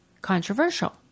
controversial